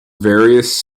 various